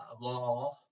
law